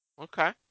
Okay